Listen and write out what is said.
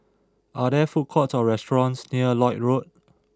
are there food courts or restaurants near Lloyd Road